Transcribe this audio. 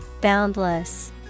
Boundless